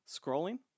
scrolling